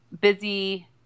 busy